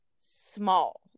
small